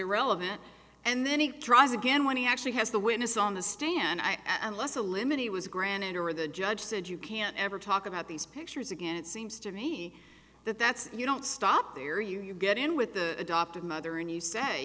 irrelevant and then he tries again when he actually has the witness on the stand i and less a limit he was granted over the judge said you can't ever talk about these pictures again it seems to me that that's you don't stop there you get in with the adoptive mother and you say